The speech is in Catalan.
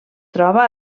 troba